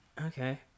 Okay